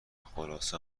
خلاصه